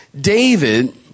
David